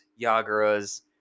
yagura's